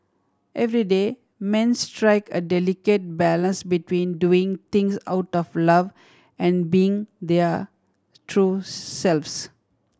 everyday men strike a delicate balance between doing things out of love and being their true selves